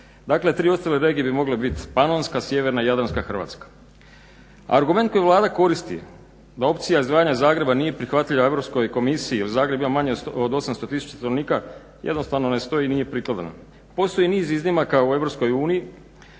Dakle tri ostale regije bi mogle bit Panonska, Sjeverna, Jadranska Hrvatska. Argument koji Vlada koristi da opcija izdvajanja Zagreba nije prihvatljiva Agromskoj komisiji, jer Zagreb ima manje od 800 tisuća stanovnika jednostavno ne stoji i nije prikladna. Postoji niz iznimaka u EU kao što